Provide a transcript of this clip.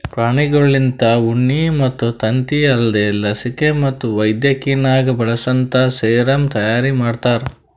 ಪ್ರಾಣಿಗೊಳ್ಲಿಂತ ಉಣ್ಣಿ ಮತ್ತ್ ತತ್ತಿ ಅಲ್ದೇ ಲಸಿಕೆ ಮತ್ತ್ ವೈದ್ಯಕಿನಾಗ್ ಬಳಸಂತಾ ಸೆರಮ್ ತೈಯಾರಿ ಮಾಡ್ತಾರ